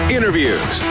Interviews